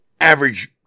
average